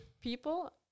people